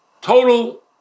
total